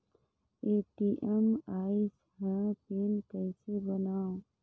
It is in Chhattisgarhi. ए.टी.एम आइस ह पिन कइसे बनाओ?